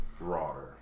Broader